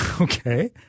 Okay